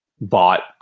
bought